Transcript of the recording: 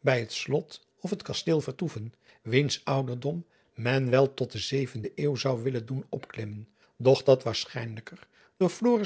bij het lot of het asteel vertoeven wiens ouderdom men wel tot de zevende euw zou willen doen opklimmen doch dat waarschijnlijker door